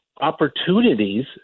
opportunities